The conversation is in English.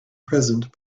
present